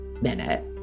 minute